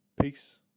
Peace